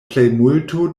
plejmulto